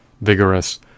vigorous